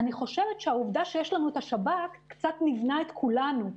אני חושבת שהעובדה שיש לנו את השב"כ קצת ניוונה את כולנו,